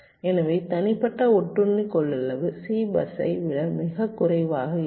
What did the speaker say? எனவே தனிப்பட்ட ஒட்டுண்ணி கொள்ளளவு C பஸ்ஸை விட மிகக் குறைவாக இருக்கும்